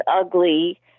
ugly